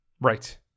Right